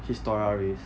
historia reiss